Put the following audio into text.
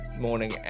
morning